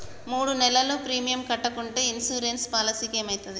మూడు నెలలు ప్రీమియం కట్టకుంటే ఇన్సూరెన్స్ పాలసీకి ఏమైతది?